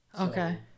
Okay